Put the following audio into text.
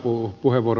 arvoisa puhemies